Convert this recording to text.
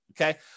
Okay